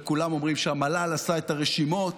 וכולם אומרים שהמל"ל עשה את הרשימות.